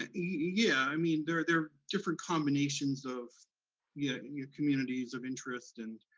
ah yeah, i mean, there are there different combinations of yeah and your communities of interest, and,